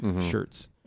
shirts